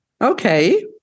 okay